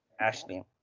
Ashley